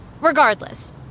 Regardless